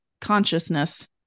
consciousness